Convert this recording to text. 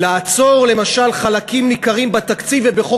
לעצור למשל חלקים ניכרים בתקציב ובחוק